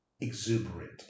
exuberant